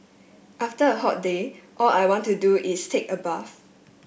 after a hot day all I want to do is take a bath